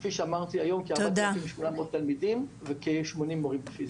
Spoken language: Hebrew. כפי שאמרתי היום כ-4,800 תלמידים וכ-80 מורים לפיזיקה.